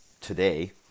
today